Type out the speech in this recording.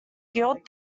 guilt